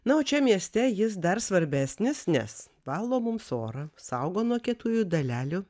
na o čia mieste jis dar svarbesnis nes valo mums orą saugo nuo kietųjų dalelių